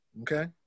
Okay